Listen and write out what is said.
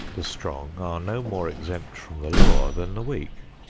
the strong are no more exempt from the law than the weak.